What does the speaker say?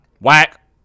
whack